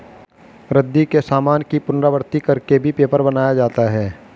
रद्दी के सामान की पुनरावृति कर के भी पेपर बनाया जाता है